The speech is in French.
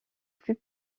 plus